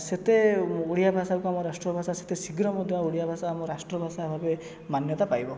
ସେତେ ଓଡ଼ିଆ ଭାଷାକୁ ଆମ ରାଷ୍ଟ୍ରଭାଷା ସହିତ ଶୀଘ୍ର ମଧ୍ୟ ଓଡ଼ିଆ ଭାଷା ଆମ ରାଷ୍ଟ୍ରଭାଷା ଭାବେ ମାନ୍ୟତା ପାଇବ